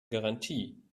garantie